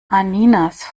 anninas